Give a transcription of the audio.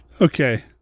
okay